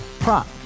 Prop